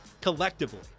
collectively